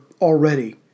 already